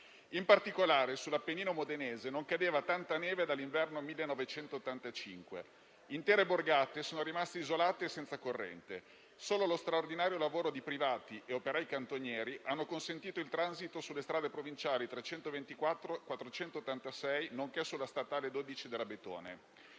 In particolare, sull'Appennino modenese non cadeva tanta neve dall'inverno 1985. Intere borgate sono rimaste isolate e senza corrente. Solo lo straordinario lavoro di privati e operai cantonieri ha consentito il transito sulle strade provinciali 324 e 486, nonché sulla statale 12 dell'Abetone.